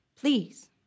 Please